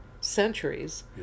centuries